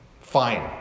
Fine